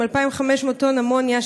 עם 2,500 טון אמוניה,